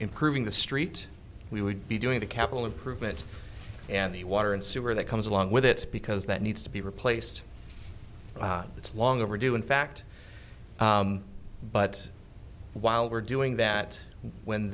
improving the street we would be doing the capital improvement and the water and sewer that comes along with it because that needs to be replaced it's long overdue in fact but while we're doing that when